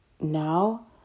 now